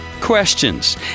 Questions